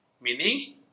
Meaning